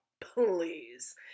Please